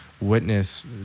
witness